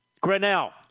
Grinnell